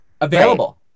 available